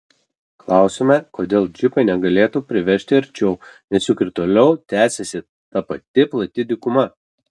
klausiame kodėl džipai negalėtų privežti arčiau nes juk ir toliau tęsiasi ta pati plati dykuma